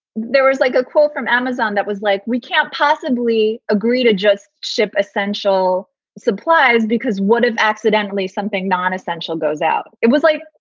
there was like a quote from amazon that was like, we can't possibly agree to just ship essential supplies because would have accidentally something nonessential goes out. it was like,